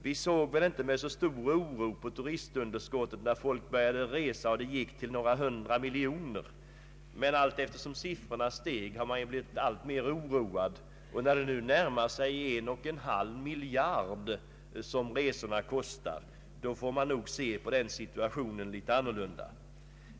Vi såg väl inte med stor oro på turistunderskottet, när folk började att resa och underskottet uppgick till några hundra miljoner kronor, men allteftersom siffrorna stigit har man blivit mer oroad. När det nu närmar sig en och en halv miljard kronor, får man nog se på denna situation litet annorlunda.